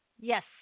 Yes